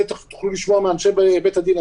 על-כך תוכלו לשמוע מאנשי בית-הדין,